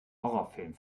horrorfilm